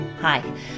Hi